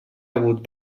hagut